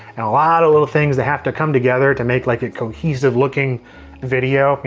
and a lot of little things that have to come together to make like a cohesive-looking video.